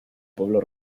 pueblo